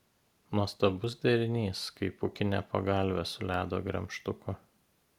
nuostabus derinys kaip pūkinė pagalvė su ledo gremžtuku